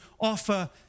offer